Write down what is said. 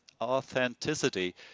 authenticity